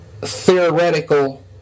theoretical